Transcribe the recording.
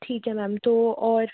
ठीक है मैम तो और